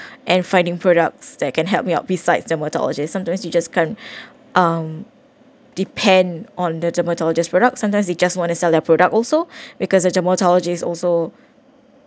and finding products that can help me up besides dermatologist sometimes you just can't um depend on the dermatologist product sometimes you just want to sell their product also because a dermatologist also